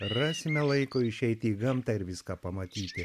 rasime laiko išeiti į gamtą ir viską pamatyti